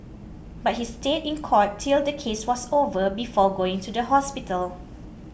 but he stayed in court till the case was over before going to the hospital